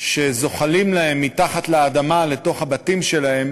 שזוחלים להם מתחת לאדמה לתוך הבתים שלהם